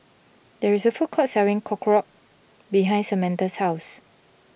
there is a food court selling Korokke behind Samatha's house